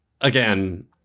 again